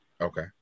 Okay